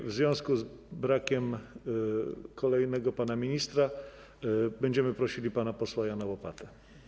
W związku z brakiem kolejnego pana ministra później będziemy prosili pana posła Jana Łopatę.